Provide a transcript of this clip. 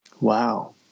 Wow